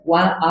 one